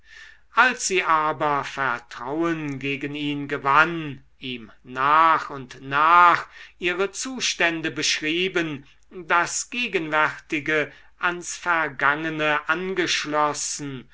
als sie aber vertrauen gegen ihn gewann ihm nach und nach ihre zustände beschrieben das gegenwärtige ans vergangene angeschlossen